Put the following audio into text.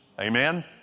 Amen